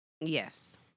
Yes